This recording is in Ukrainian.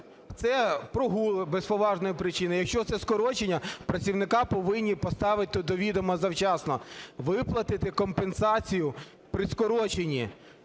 Це прогули без поважної причини. Якщо це скорочення, працівника повинні поставити до відома завчасно, виплатити компенсацію при скороченні.